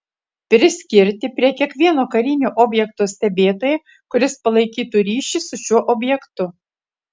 priskirti prie kiekvieno karinio objekto stebėtoją kuris palaikytų ryšį su šiuo objektu